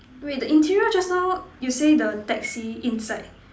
wait the interior just now you say the taxi inside